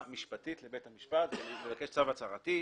משפטית לבית המשפט ולבקש צו הצהרתי,